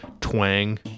twang